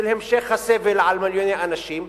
של המשך הסבל של מיליוני אנשים.